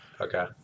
Okay